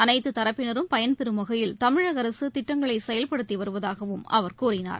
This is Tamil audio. அனைத்குத் தரப்பினரும் பயன்பெறம் வகையில் தமிழகஅரசுதிட்டங்களைசெயல்படுத்திவருவதாகவும் அவர் கூறினார்